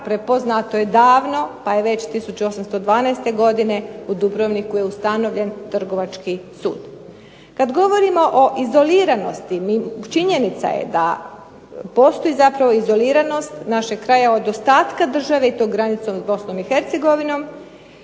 prepoznato je davno, pa je već 1812. godine u Dubrovniku je ustanovljen Trgovački sud. Kad govorimo o izoliranosti, činjenica je da postoji zapravo izoliranost našeg kraja od ostatka države, i to granicom s Bosnom i Hercegovinom,